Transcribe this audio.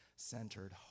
centered